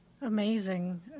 Amazing